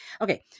Okay